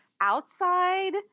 outside